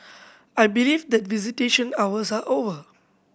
I believe that visitation hours are over